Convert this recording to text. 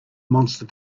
monster